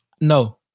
No